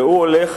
והוא הולך,